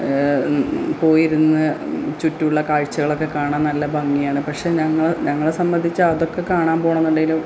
പോയിരുന്ന് ചുറ്റുമുള്ള കാഴ്ചകളൊക്കെ കാണാൻ നല്ല ഭംഗിയാണ് പക്ഷെ ഞങ്ങൾ ഞങ്ങളെ സംബന്ധിച്ച് അതൊക്കെ കാണാൻ പോകണമെന്നുണ്ടെങ്കിലും